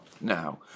now